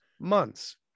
months